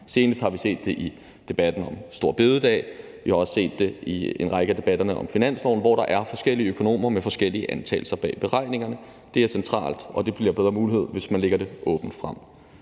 Senest har vi set det i debatten om store bededag. Vi har også set det i en række af debatterne om finansloven, hvor der er forskellige økonomer med forskellige antagelser bag beregningerne. Det er centralt, og det bliver der bedre mulighed for, hvis man lægger det åbent frem.